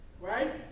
Right